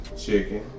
Chicken